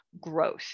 growth